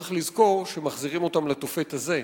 צריך לזכור שמחזירים אותם לתופת הזה,